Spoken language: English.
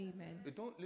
Amen